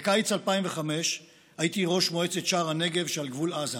בקיץ 2005 הייתי ראש מועצת שער הנגב שעל גבול עזה.